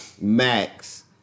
Max